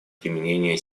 применения